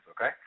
okay